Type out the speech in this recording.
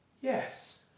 Yes